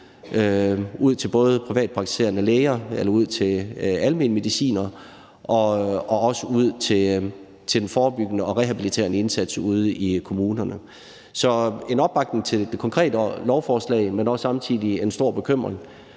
ud til både privatpraktiserende læger eller almenmedicinere og også ud til den forebyggende og rehabiliterende indsats ude i kommunerne. Så vi kommer med en opbakning til det konkrete lovforslag, men samtidig også med en stor bekymring